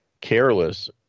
careless